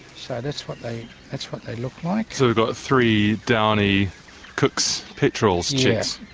so that's what they that's what they look like. so we've got three downy cook's petrels chicks.